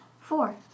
Four